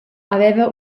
haveva